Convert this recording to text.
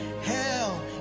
hell